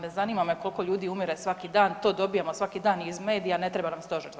Ne zanima me koliko ljudi umire svaki dan, to dobijemo svaki dan iz medija, ne treba nam Stožer za to.